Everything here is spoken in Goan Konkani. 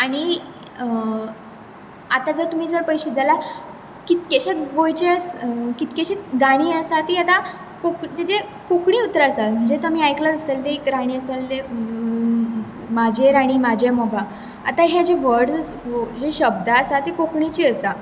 आनी आतां जर तुमी जर पळयशीत जाल्यार कितकेशेच गोंयचे कितकीशीच गाणी आसात तीं आतां कोंकणी उतरां आसात म्हणजे आमी आयकलां आसतलें तें एक गाणी आसतालें म्हाजे राणी म्हाजे मोगा आतां हे जे वर्डस आसा जे शब्द आसा ते कोंकणीचे आसा